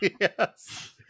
Yes